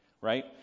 right